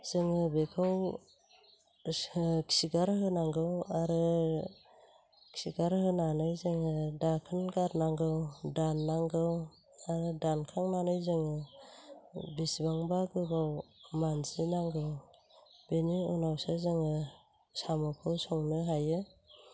जोङो बेखौ एसे खिगारहोनांगौ आरो खिगारहोनानै जोङो दाखोन गारनांगौ दाननांगौ आरो दानखांनानै जोङो बिसिबांबा गोबाव मानजिनांगौ बेनि उनावसो जोङो साम'खौ संनो हायो